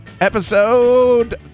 episode